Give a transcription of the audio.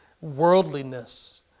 worldliness